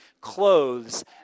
clothes